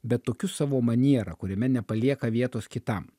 bet tokiu savo maniera kuriame nepalieka vietos kitam